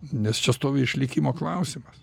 nes čia stovi išlikimo klausimas